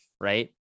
Right